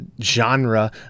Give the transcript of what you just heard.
genre